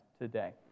today